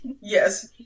Yes